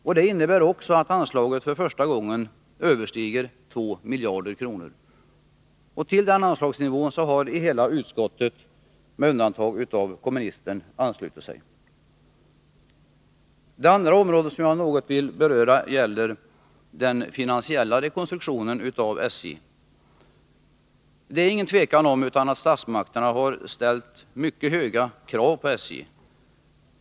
Detta innebär också att anslaget för första gången överstiger 2 miljarder kronor. Till denna anslagsnivå har hela utskottet, med undantag för kommunisten, anslutit sig. Det andra område som jag något vill beröra gäller den finansiella rekonstruktionen av SJ. Det är ingen tvekan om att statsmakterna har ställt mycket höga krav på SJ.